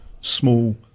small